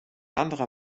anderer